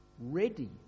ready